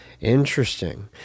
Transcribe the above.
Interesting